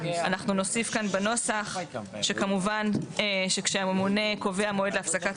אנחנו נוסיף כאן בנוסח שכשהממונה קובע מועד להפסקת